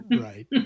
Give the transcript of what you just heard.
Right